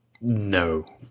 no